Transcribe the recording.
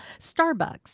Starbucks